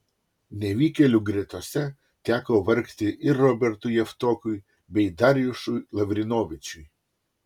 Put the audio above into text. nevykėlių gretose teko vargti ir robertui javtokui bei darjušui lavrinovičiui